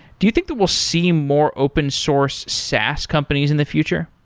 do you think that we'll seem more open source saas companies in the future?